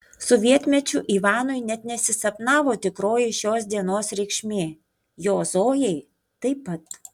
sovietmečiu ivanui net nesisapnavo tikroji šios dienos reikšmė jo zojai taip pat